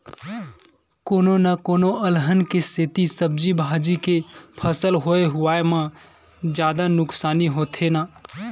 कोनो न कोनो अलहन के सेती सब्जी भाजी के फसल होए हुवाए म जादा नुकसानी होथे न